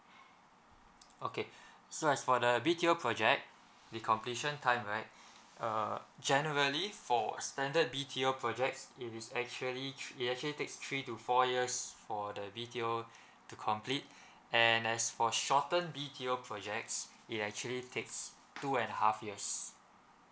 okay so as for the B_T_O project the completion time right uh generally for standard B_T_O project it is actually thr~ it actually take three to four years for the B_T_O to complete and as for shorten B_T_O projects it actually takes two and half years